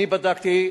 בדקתי,